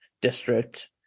district